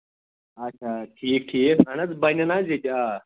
اَچھا ٹھیٖک ٹھیٖک اَہَن حظ بَنان حظ ییٚتہِ آ